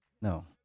no